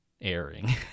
airing